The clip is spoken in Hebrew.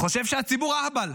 חושב שהציבור אהבל,